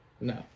no